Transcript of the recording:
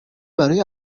برای